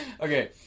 Okay